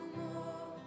more